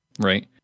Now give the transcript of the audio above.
Right